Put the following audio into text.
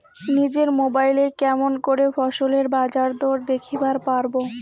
নিজের মোবাইলে কেমন করে ফসলের বাজারদর দেখিবার পারবো?